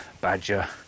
badger